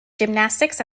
gymnastics